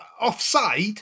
Offside